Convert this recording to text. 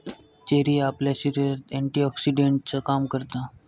cherry आपल्या शरीरात एंटीऑक्सीडेंटचा काम करता